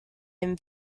him